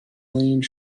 leaned